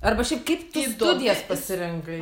arba šiaip kaip tu studijas pasirinkai